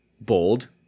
bold